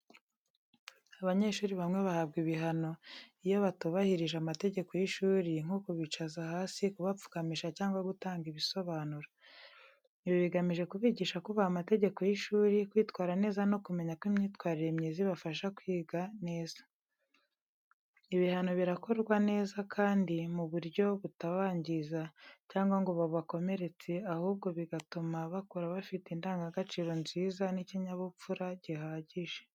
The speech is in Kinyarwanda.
Abanyeshuri bamwe bahabwa ibihano iyo batubahirije amategeko y’ishuri nko kubicaza hasi, kubapfukamisha cyangwa gutanga ibisobanuro. Ibi bigamije kubigisha kubaha amategeko y’ishuri, kwitwara neza no kumenya ko imyitwarire myiza ifasha kwiga neza. Ibihano birakorwa neza kandi mu buryo butabangiza cyangwa ngo bubakomeretse, ahubwo bigatuma bakura bafite indangagaciro nziza n’ikinyabupfura gihagije.